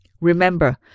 Remember